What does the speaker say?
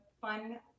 fun